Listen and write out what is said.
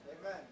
Amen